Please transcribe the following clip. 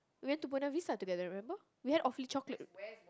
we went to Buona-Vista together remember we had Awfully-Chocolate